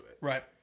Right